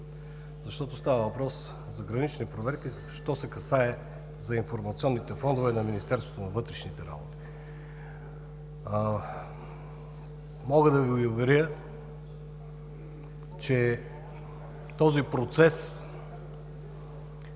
защото става въпрос за гранични проверки, що се касае за информационните фондове на Министерството на вътрешните работи. Мога да Ви уверя, че този процес